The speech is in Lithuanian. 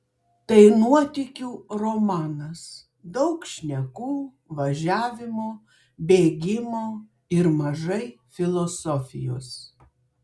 tai nuotykių romanas daug šnekų važiavimo bėgimo ir mažai filosofijos